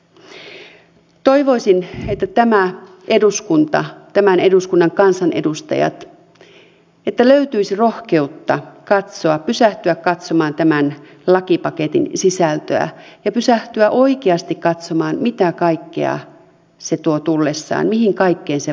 toivoisin että tältä eduskunnalta tämän eduskunnan kansanedustajilta löytyisi rohkeutta katsoa pysähtyä katsomaan tämän lakipaketin sisältöä ja pysähtyä oikeasti katsomaan mitä kaikkea se tuo tullessaan mihin kaikkeen se vaikuttaa